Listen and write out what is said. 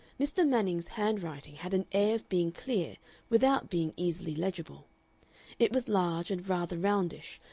mr. manning's handwriting had an air of being clear without being easily legible it was large and rather roundish,